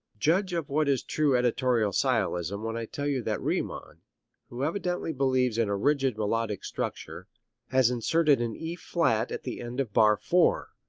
judge of what is true editorial sciolism when i tell you that riemann who evidently believes in a rigid melodic structure has inserted an e flat at the end of bar four,